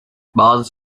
bazı